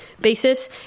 basis